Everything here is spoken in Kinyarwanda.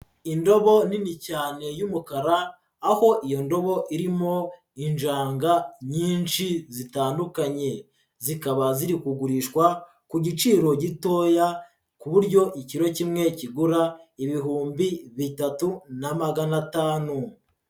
Indobo nini cyane y'umukara, aho iyo ndobo irimo injanga nyinshi zitandukanye, zikaba ziri kugurishwa ku giciro gitoya ku buryo ikiro kimwe kigura ibihumbi bitatu na maganatanu.